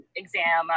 exam